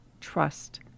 trust